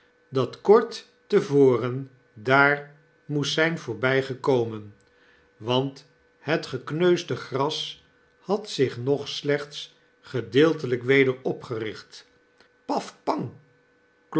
dat kort te voren daar moest zyn voorbygekomen want het gekneusde gras had zich nog slechts gedeeltelyk weder opgericht